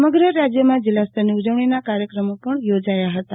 સમગ્ર રાજ્યમાં જિલ્લાસ્તરની ઉજવણીના કાર્યક્રમો પણ યોજાયાં હતાં